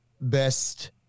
best